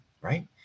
right